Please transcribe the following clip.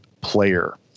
player